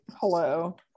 Hello